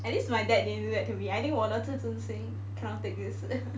at least my dad didn't do that to me I think 我的自尊心 cannot take this